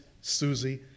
Susie